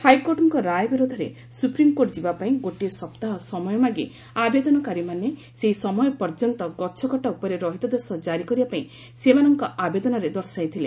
ହାଇକୋର୍ଟଙ୍କ ରାୟ ବିରୋଧରେ ସୁପ୍ରିମ୍କୋର୍ଟ ଯିବାପାଇଁ ଗୋଟିଏ ସପ୍ତାହ ସମୟ ମାଗି ଆବେଦନକାରୀମାନେ ସେହି ସମୟ ପର୍ଯ୍ୟନ୍ତ ଗଛକଟା ଉପରେ ରହିତାଦେ କାରି କରିବାପାଇଁ ସେମାନଙ୍କ ଆବେଦନରେ ଦର୍ଶାଇଥିଲେ